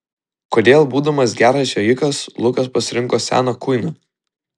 kodėl būdamas geras jojikas lukas pasirinko seną kuiną